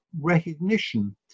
recognition